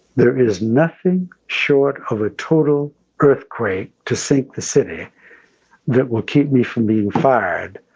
there is nothing short of a total earthquake to sink the city that will keep me from being fired.